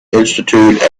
institute